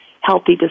healthy